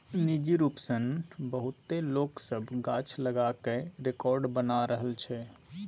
निजी रूप सँ बहुते लोक सब गाछ लगा कय रेकार्ड बना रहल छै